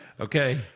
Okay